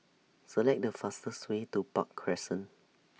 Select The fastest Way to Park Crescent